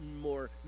more